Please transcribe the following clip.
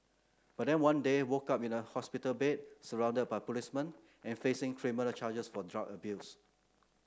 but then one day woke up in a hospital bed surrounded by policemen and facing criminal charges for drug abuse